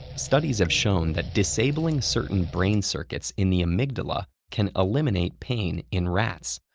studies have shown that disabling certain brain circuits in the amygdala can eliminate pain in rats.